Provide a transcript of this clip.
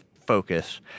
focus